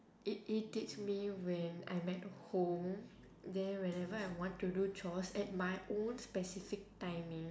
it irritates me when I'm at home then whenever I want to do chores at my own specific timing